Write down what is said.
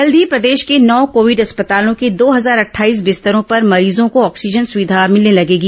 जल्द ही प्रदेश के नौ कोविड अस्पतालों के दो हजार अट्ठाईस बिस्तरों पर मरीजों को ऑक्सीजन सुविधा मिलने लगेगी